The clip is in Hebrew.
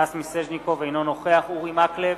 אינו נוכח אורי מקלב,